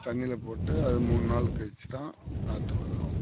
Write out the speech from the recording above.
தண்ணியில போட்டு அது மூணு நாள் கழித்து தான் நாற்று விட்ணும்